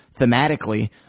thematically